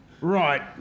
Right